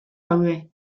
daude